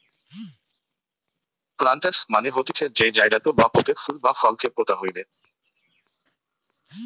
planters মানে হতিছে যেই জায়গাতু বা পোটে ফুল বা ফল কে পোতা হইবে